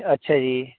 ਅੱਛਾ ਜੀ